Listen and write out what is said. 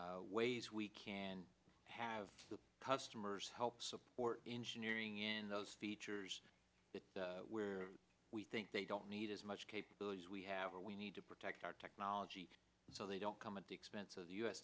ways we can have the customers help support engineering in those features where we think they don't need as much capabilities we have and we need to protect our technology so they don't come at the expense of the u